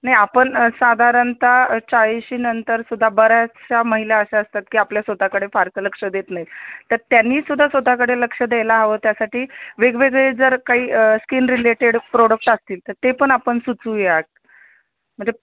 नाही आपण साधारणत चाळीशी नंतर सुद्धा बऱ्याचशा महिला अशा असतात की आपल्या स्वत कडे फारसं लक्ष देत नाहीत तर त्यांनी सुद्धा स्वत कडे लक्ष द्यायला हवं त्यासाठी वेगवेगळे जर काही स्किन रिलेटेड प्रोडक्ट असतील तर ते पण आपण सुचवूयात म्हणजे